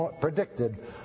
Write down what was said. predicted